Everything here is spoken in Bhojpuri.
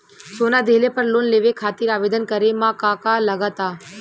सोना दिहले पर लोन लेवे खातिर आवेदन करे म का का लगा तऽ?